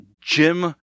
Jim